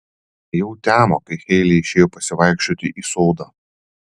jau temo kai heile išėjo pasivaikščioti į sodą